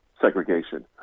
segregation